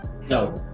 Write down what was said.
No